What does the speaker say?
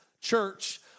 Church